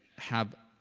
have.